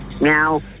Meow